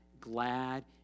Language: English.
glad